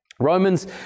Romans